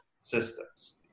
systems